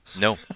No